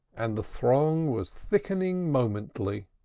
and the throng was thickening momently.